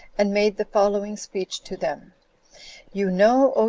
and made the following speech to them you know,